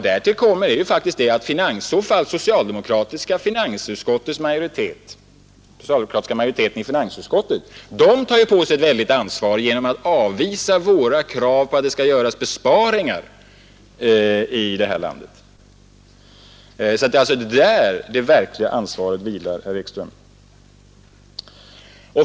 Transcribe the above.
Därtill kommer att den socialdemokratiska majoriteten i finansutskottet själv tar på sig ett stort ansvar genom att avvisa våra krav på besparingar. Det är alltså där det verkliga ansvaret vilar, herr Ekström.